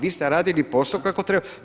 Vi ste radili posao kako treba.